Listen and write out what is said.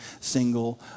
single